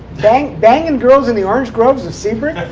banging banging and girls in the orange groves of sebring?